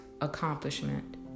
accomplishment